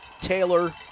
Taylor